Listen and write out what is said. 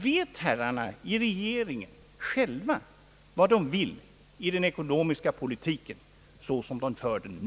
Vet herrarna i regeringen själva vad de vill i den ekonomiska politiken såsom de nu för den?